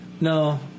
No